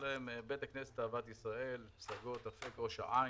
(בית כנסת אהבת ישראל פסגות אפק, ראש העין)